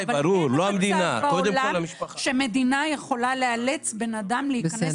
אין מצב בעולם שמדינה יכולה לאלץ אדם להיכנס